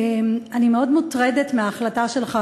אני מאוד מוטרדת מההחלטה שלך,